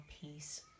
peace